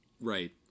right